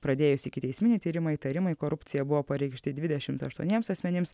pradėjus ikiteisminį tyrimą įtarimai korupcija buvo pareikšti dvidešimt aštuoniems asmenims